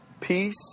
peace